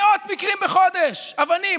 מאות מקרים בחודש של אבנים,